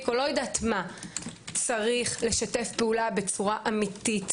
או אני לא יודעת מה צריך לשתף פעולה בצורה אמיתית.